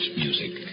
music